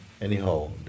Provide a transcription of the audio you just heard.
Anyhow